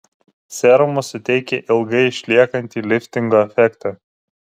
serumas suteikia ilgai išliekantį liftingo efektą